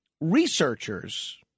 researchers